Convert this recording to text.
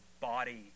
body